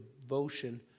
devotion